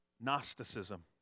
Gnosticism